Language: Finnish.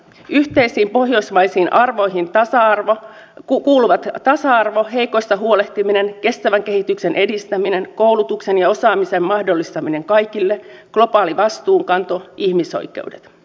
yhteisiin pohjoismaisiin arvoihin kuuluvat tasa arvo heikoista huolehtiminen kestävän kehityksen edistäminen koulutuksen ja osaamisen mahdollistaminen kaikille globaali vastuunkanto ihmisoikeudet